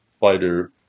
fighter